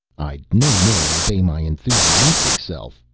i'd no more obey my enthusiastic self,